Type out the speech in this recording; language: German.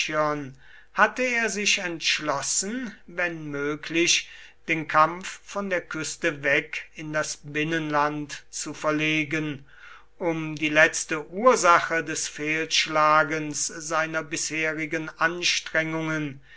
hatte er sich entschlossen wenn möglich den kampf von der küste weg in das binnenland zu verlegen um die letzte ursache des fehlschlagens seiner bisherigen anstrengungen